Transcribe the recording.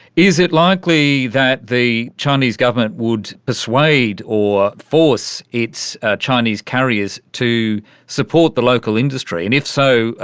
is it likely that the chinese government would persuade or force its chinese carriers to support the local industry? and if so,